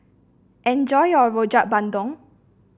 enjoy your Rojak Bandung